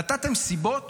נתתם סיבות